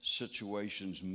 situations